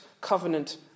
covenant